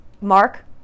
Mark